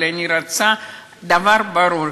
אבל אני רוצה דבר ברור,